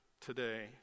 today